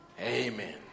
Amen